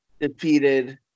Defeated